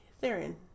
Theron